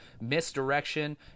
misdirection